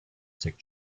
sick